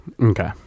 Okay